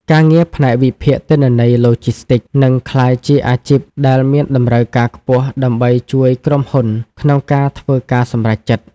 ការងារផ្នែកវិភាគទិន្នន័យឡូជីស្ទីក នឹងក្លាយជាអាជីពដែលមានតម្រូវការខ្ពស់ដើម្បីជួយក្រុមហ៊ុនក្នុងការធ្វើការសម្រេចចិត្ត។